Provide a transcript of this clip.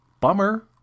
bummer